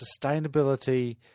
sustainability